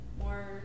more